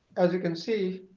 as you can see,